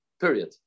period